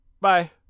Bye